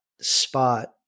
spot